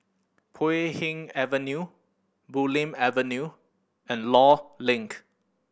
Puay Hee Avenue Bulim Avenue and Law Link